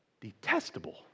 detestable